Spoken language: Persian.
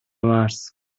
مرز